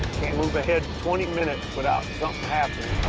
move ahead twenty minutes without something happening.